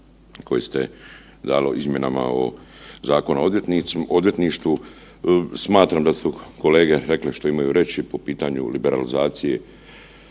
koji ste dali o izmjenama ovog Zakona o odvjetništvu. Smatram da su kolege rekle što imaju reći po pitanju liberalizacije